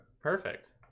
Perfect